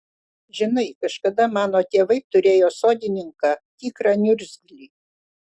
žinai kažkada mano tėvai turėjo sodininką tikrą niurgzlį